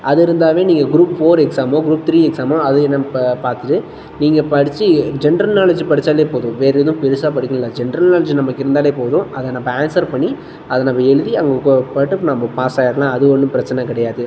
அது இருந்தாலே நீங்கள் குரூப் ஃபோர் எக்ஸாமோ குரூப் த்ரீ எக்ஸாமோ அதை நம் பா பார்த்துட்டு நீங்கள் படித்து ஜென்ரல் நாலேஜ் படித்தாலே போதும் வேறு எதுவும் பெருசாக படிக்கணும் இல்லை ஜென்ரல் நாலேஜ் நமக்கு இருந்தாலே போதும் அதை நம்ம ஆன்சர் பண்ணி அதை நம்ம எழுதி அங்கே க பாட்டுக் நம்ம பாஸாயிடலாம் அது ஒன்றும் பிரச்சனை கிடையாது